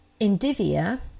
Indivia